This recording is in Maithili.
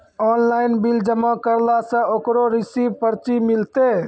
ऑनलाइन बिल जमा करला से ओकरौ रिसीव पर्ची मिलतै?